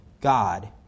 God